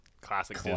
classic